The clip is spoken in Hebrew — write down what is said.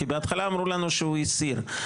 כי בהתחלה אמרו לנו שהוא הסיר,